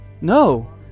no